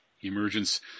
emergence